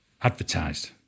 advertised